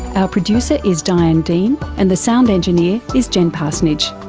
our producer is diane dean and the sound engineer is jen parsonage.